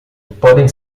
podem